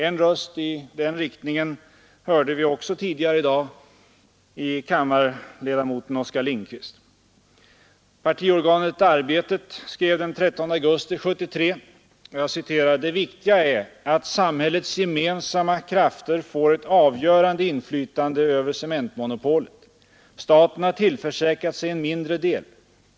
En röst i den riktningen hörde vi också tidigare i dag — kammarledamoten Oskar Lindkvist. Partiorganet Arbetet skrev den 13 augusti 1973: ”Det viktiga är, att samhällets gemensamma krafter får ett avgörande inflytande över cementmonopolet. Staten har tillförsäkrat sig en mindre del.